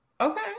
Okay